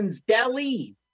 deli